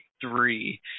three